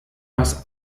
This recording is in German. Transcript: aus